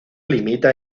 limita